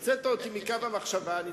הוצאת אותי מקו המחשבה.